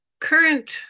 current